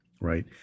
right